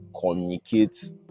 communicate